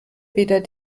weder